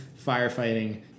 firefighting